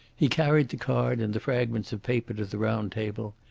he carried the card and the fragments of paper to the round table.